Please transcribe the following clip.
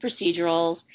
procedurals